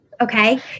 Okay